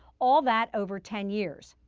all that over ten years.